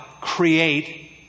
create